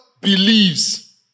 believes